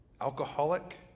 alcoholic